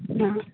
ꯑꯥ